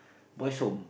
boys home